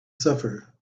suffer